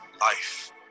life